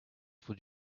would